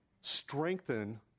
strengthen